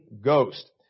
Ghost